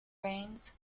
rains